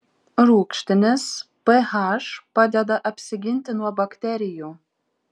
rūgštinis ph padeda apsiginti nuo bakterijų